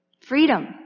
Freedom